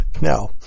No